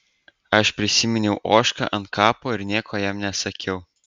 aš prisiminiau ožką ant kapo ir nieko jam nesakiau